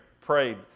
prayed